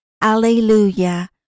Alleluia